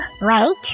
right